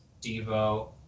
Devo